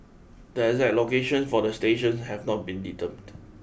the exact locations for the stations have not been determined